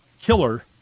killer